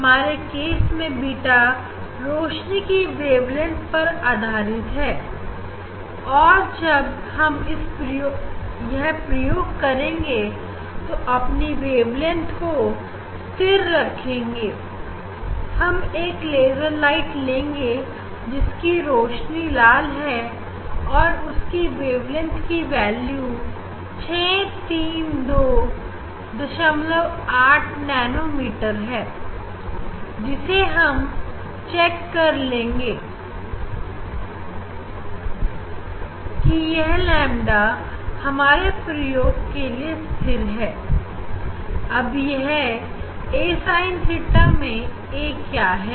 हमारे केस में बीटा रोशनी की वेवलेंथ पर आधारित है और जब हम यह प्रयोग करेंगे तो अपनी वेवलेंथ को स्थिर रखेंगे हम एक लेजर लाइट लेंगे जिसकी रोशनी लाल है और उसकी वेवलेंथ की वैल्यू 6328nm जिसे हम चेक कर लेंगे यह Lamba हमारे प्रयोग के लिए स्थिर है अब यह a sin theta मैं a क्या है